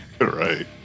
right